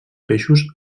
peixos